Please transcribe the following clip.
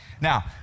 Now